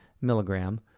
milligram